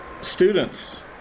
students